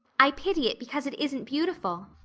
i pity it because it isn't beautiful.